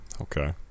Okay